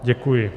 Děkuji.